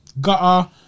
gutter